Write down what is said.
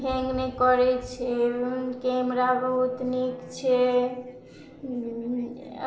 hang नहि करै छै कैमरा बहुत नीक छै